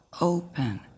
open